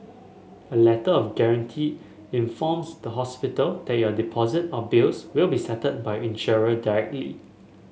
a Letter of Guarantee informs the hospital that your deposit or bills will be settled by insurer directly